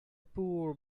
poor